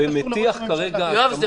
-- ומטיח כרגע האשמות שווא באדם -- יואב,